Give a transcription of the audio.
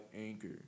Anchor